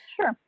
Sure